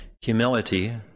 Humility